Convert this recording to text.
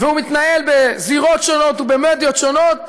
והוא מתנהל בזירות שונות ובמדיות שונות,